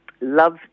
love